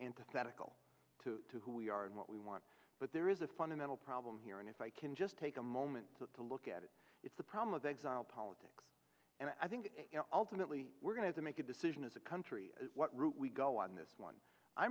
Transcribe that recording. antithetical to who we are and what we want but there is a fundamental problem here and if i can just take a moment to look at it it's the problem of exile politics and i think ultimately we're going to make a decision as a country what route we go on this one i